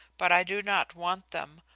but i do not want them.